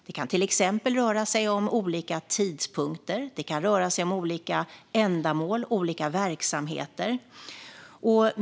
Det kan till exempel röra sig om olika tidpunkter, olika ändamål och olika verksamheter.